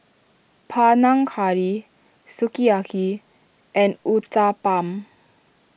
Panang Curry Sukiyaki and Uthapam